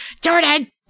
Jordan